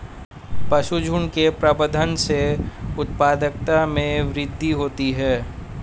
पशुझुण्ड के प्रबंधन से उत्पादकता में वृद्धि होती है